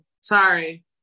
Sorry